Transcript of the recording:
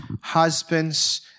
husbands